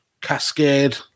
cascade